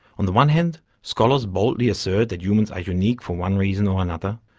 on the one hand scholars boldly assert that humans are unique for one reason or another.